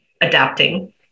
adapting